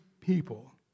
people